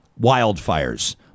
wildfires